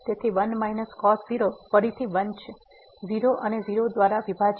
તેથી 1 cos0 ફરીથી 1 છે 0 અને 0 દ્વારા વિભાજીત છે